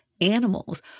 animals